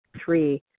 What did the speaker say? Three